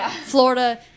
Florida